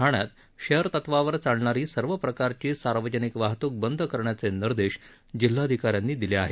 ठाण्यात शेअर तत्वावर चालणारी सर्व प्रकारची सार्वजनिक वाहतूक बंद करण्याचे निर्देश जिल्हाधिका यांनी दिले आहेत